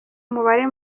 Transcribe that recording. umubare